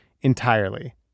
entirely